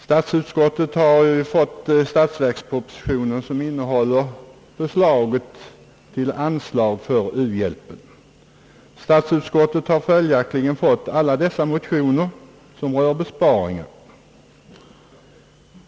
Statsutskottet har ju fått ta del av statsverkspropositionen, som bland annat innehåller förslaget till anslag för u-hjälpen. Statsutskottet har följaktligen fått alla de motioner som rör besparingar.